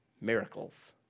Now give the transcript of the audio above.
Miracles